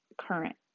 current